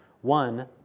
one